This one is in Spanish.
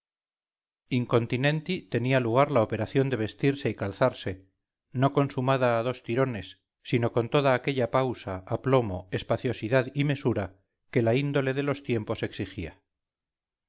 incontinenti tenía lugar la operación de vestirse y calzarse no consumada a dos tirones sino con toda aquella pausa aplomo espaciosidad y mesura que la índole de los tiempos exigía